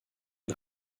den